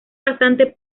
bastante